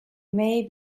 may